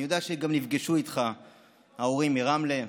אני יודע שנפגשו איתך ההורים מרמלה.